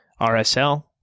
rsl